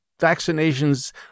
vaccinations